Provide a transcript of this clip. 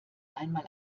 einmal